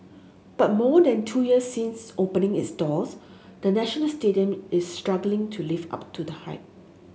but more than two years since opening its doors the National Stadium is struggling to live up to the hype